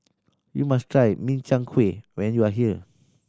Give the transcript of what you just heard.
you must try Min Chiang Kueh when you are here